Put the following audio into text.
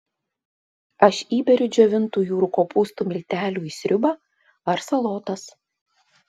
aš įberiu džiovintų jūrų kopūstų miltelių į sriubą ar salotas